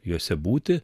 jose būti